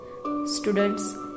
Students